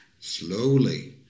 slowly